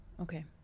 okay